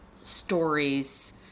stories